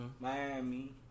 Miami